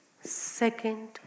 Second